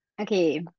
Okay